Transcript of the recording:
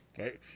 Okay